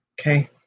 Okay